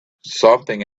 something